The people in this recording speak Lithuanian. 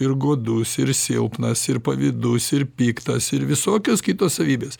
ir godus ir silpnas ir pavydus ir piktas ir visokios kitos savybės